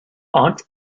aunt